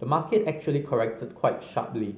the market actually corrected quite sharply